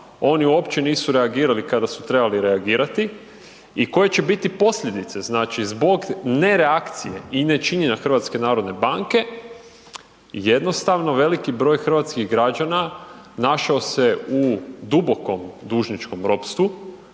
oni uopće nisu reagirali kada su trebali reagirati i koje će biti posljedice zbog ne reakcije i ne činjenja HNB-a? Jednostavno veliki broj hrvatskih građana našao se u dubokom dužničkom ropstvu,